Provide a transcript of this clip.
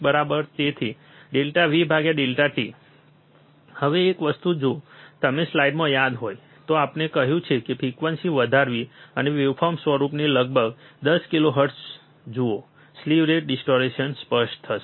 બરાબર તેથી ∆V ∆t હવે એક વસ્તુ જો તમને સ્લાઇડમાં યાદ હોય તો આપણે કહ્યું છે કે ફ્રિકવન્સી વધારવી અને વેવફોર્મ સ્વરૂપને લગભગ 10 કિલોહર્ટ્ઝ જુઓ સ્લીવ રેટ ડિસ્ટોરેશન સ્પષ્ટ થશે